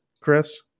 Chris